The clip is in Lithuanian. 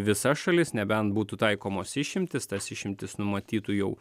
visas šalis nebent būtų taikomos išimtys tas išimtis numatytų jau